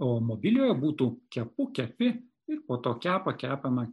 o mobiliojo būtų kepu kepi ir po to kepa kepama